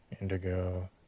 indigo